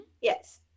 yes